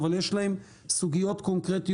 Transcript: אבל יש להם סוגיות קונקרטיות,